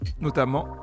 notamment